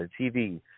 TV